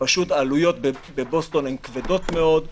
פשוט העלויות בבוסטון הן כבדות מאוד.